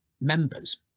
members